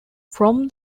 from